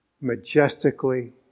majestically